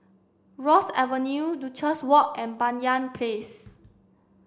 Rosyth Avenue Duchess Walk and Banyan Place